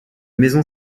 maison